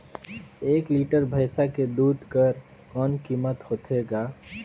एक लीटर भैंसा के दूध कर कौन कीमत होथे ग?